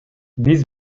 биз